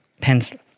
pencil